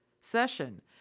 session